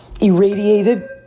irradiated